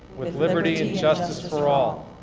with liberty and justice for all.